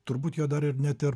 turbūt jo dar ir net ir